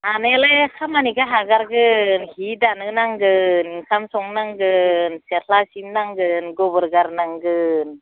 हानायालाय खामानिखो हागारगोन हि दानो नांगोन ओंखाम संनो नांगोन सेथ्ला सिबनो नांगोन गोबोर गारनांगोन